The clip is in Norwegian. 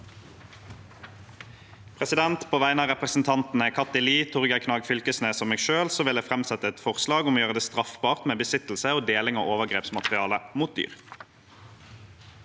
På vegne av representantene Kathy Lie, Torgeir Knag Fylkesnes og meg selv vil jeg framsette et forslag om å gjøre det straffbart med besittelse og deling av overgrepsmateriale mot dyr.